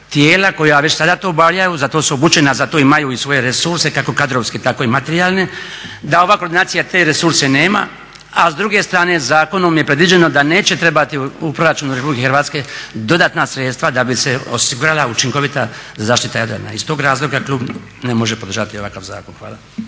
tijela koja već sada to obavljaju, za to su obučena, za to imaju i svoje resurse kako kadrovski tako i materijalne, da ova koordinacija te resurse nema a s druge strane zakonom je predviđeno da neće trebati u proračunu RH dodatna sredstva da bi se osigurala učinkovita zaštita Jadrana. Iz tog razloga klub ne može podržati ovakav zakon. Hvala.